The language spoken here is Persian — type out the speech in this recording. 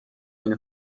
این